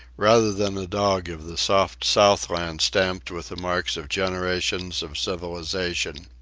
rather than a dog of the soft southland stamped with the marks of generations of civilization.